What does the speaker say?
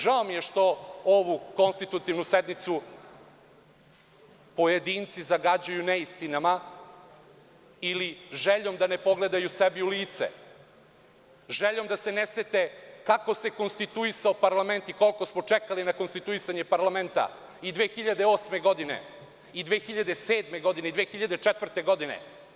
Žao mi je što ovu konstitutivnu sednicu pojedinci zagađuju neistinama ili željom da ne pogledaju sebi u lice, željom da se ne sete kako se konstituisao parlament i koliko smo čekali na konstituisanje parlamenta i 2008. godine i 2007. godine i 2004. godine.